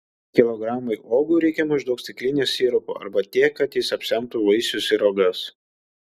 kilogramui uogų reikia maždaug stiklinės sirupo arba tiek kad jis apsemtų vaisius ir uogas